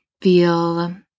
feel